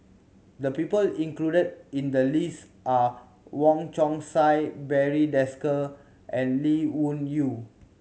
the people included in the list are Wong Chong Sai Barry Desker and Lee Wung Yew